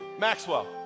Maxwell